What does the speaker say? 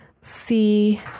see